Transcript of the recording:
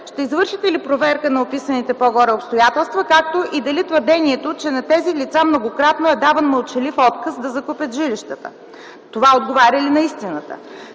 ще извършите ли проверка на описаните по-горе обстоятелства, както и на твърдението, че на тези лица многократно е даван мълчалив отказ да закупят жилищата? Това отговаря ли на истината?